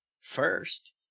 first